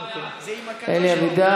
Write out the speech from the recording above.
זה עם הקדוש ברוך הוא.